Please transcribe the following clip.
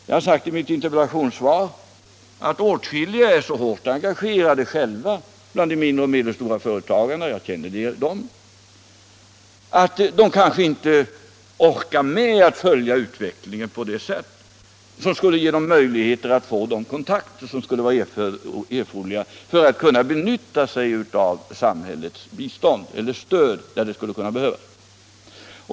Jag har sagt i mitt interpellationssvar att åtskilliga bland de mindre och medelstora företagarna — jag känner dem — är så hårt engagerade själva att de kanske inte orkar med att följa utvecklingen på det sätt som skulle ge dem möjligheter att få de kontakter som vore erforderliga för att de skulle kunna utnyttja samhällets stöd där det kunde behövas.